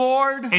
Lord